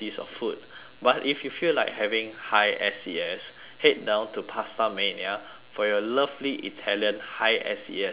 but if you feel like having high S_E_S head down to pastamania for your lovely italian high S_E_S food